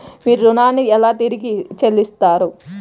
మీరు ఋణాన్ని ఎలా తిరిగి చెల్లిస్తారు?